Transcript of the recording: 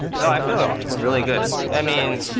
no i feel really good. i mean,